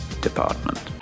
Department